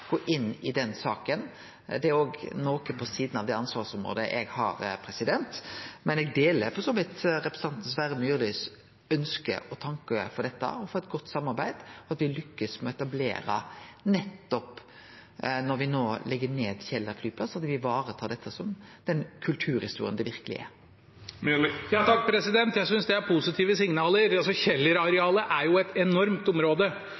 gå inn i den saka. Det er òg noko på sida av det ansvarsområdet eg har. Eg deler for så vidt representanten Sverre Myrlis ønske og tanke for dette, for eit godt samarbeid, og at me nettopp når me no legg ned Kjeller flyplass, lykkast med å etablere og ivareta dette som den kulturhistoria det verkeleg er. Jeg synes det er positive signaler. Kjeller-arealet er et enormt område,